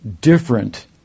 different